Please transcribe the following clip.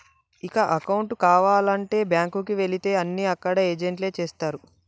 ఇక అకౌంటు కావాలంటే బ్యాంకుకి వెళితే అన్నీ అక్కడ ఏజెంట్లే చేస్తరు